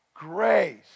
grace